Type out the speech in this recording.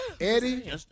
Eddie